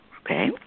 Okay